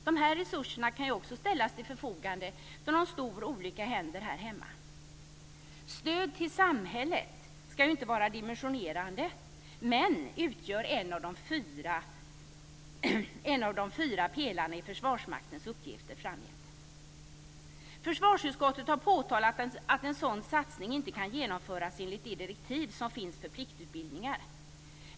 Dessa resurser kan också ställas till förfogande då någon stor olycka händer här hemma. Stöd till samhället ska ju inte vara dimensionerade men ska utgöra en av de fyra pelarna i Försvarsmaktens uppgifter framgent. Försvarsutskottet har påtalat att en sådan satsning inte kan genomföras enligt de direktiv som finns för pliktutbildningar.